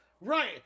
Right